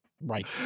Right